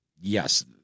yes